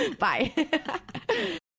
Bye